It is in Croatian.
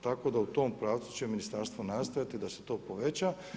Tako da u tom pravcu će ministarstvo nastojati da se to poveća.